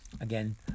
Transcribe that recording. Again